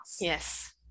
yes